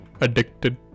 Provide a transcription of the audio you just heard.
Addicted